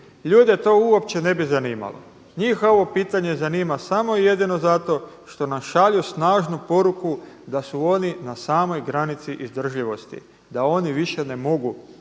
Ljude to uopće ne bi zanimalo. Njih ovo pitanje zanima samo jedino zato što nam šalju snažnu poruku da su oni na samoj granici izdržljivosti da oni više ne mogu,